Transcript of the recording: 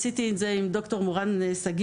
עשיתי את זה יחד עם ד"ר מורן שגיב,